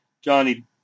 Johnny